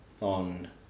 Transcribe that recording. on